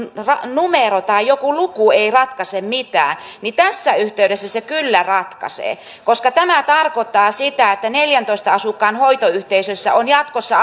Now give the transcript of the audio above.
numero tai joku luku ei ratkaise mitään niin tässä yhteydessä se kyllä ratkaisee koska tämä tarkoittaa sitä että neljääntoista asukkaan hoitoyhteisössä on jatkossa